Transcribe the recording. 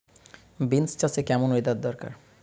Beans চাষে কেমন weather দরকার?